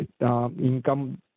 income